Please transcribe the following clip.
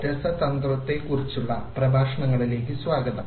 രസതന്ത്രത്തെക്കുറിച്ചുള്ള പ്രഭാഷണങ്ങളിലേക്ക് സ്വാഗതം